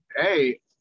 hey